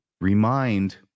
remind